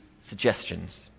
suggestions